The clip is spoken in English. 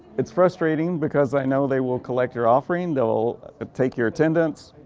it's frustrating because i know they will collect your offering. they'll take your attendance,